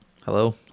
hello